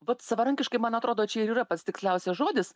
vat savarankiškai man atrodo čia ir yra pats tiksliausias žodis